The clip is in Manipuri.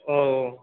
ꯑꯣ